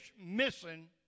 missing